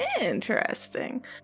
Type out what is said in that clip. Interesting